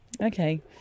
Okay